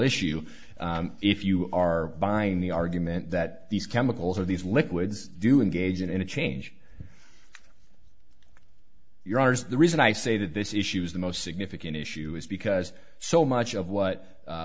issue if you are buying the argument that these chemicals are these liquids doing gazin in a change you're ours the reason i say that this issue is the most significant issue is because so much of what u